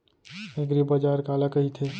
एगरीबाजार काला कहिथे?